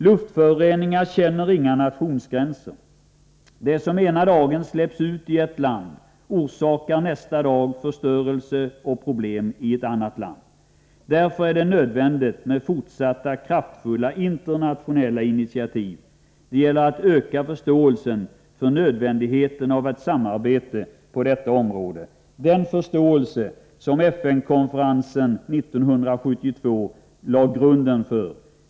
Luftföroreningar känner inga nationsgränser. Det som ena dagen släpps ut i ett land orsakar nästa dag förstörelse och problem i ett annat land. Därför är det nödvändigt med fortsatta kraftfulla internationella initiativ. Det gäller att öka förståelsen för nödvändigheten av ett samarbete på detta område, den förståelse som FN-konferensen 1972 lade grunden för.